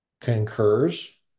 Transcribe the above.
concurs